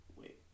wait